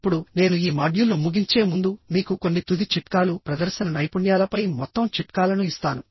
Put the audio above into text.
ఇప్పుడునేను ఈ మాడ్యూల్ను ముగించే ముందు మీకు కొన్ని తుది చిట్కాలు ప్రదర్శన నైపుణ్యాలపై మొత్తం చిట్కాలను ఇస్తాను